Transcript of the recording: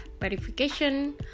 verification